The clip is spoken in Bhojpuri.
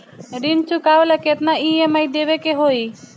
ऋण चुकावेला केतना ई.एम.आई देवेके होई?